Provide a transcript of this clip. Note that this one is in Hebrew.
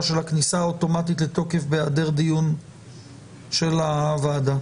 של הכניסה האוטומטית לתוקף בהעדר דיון של הוועדה.